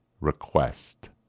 request